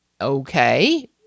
okay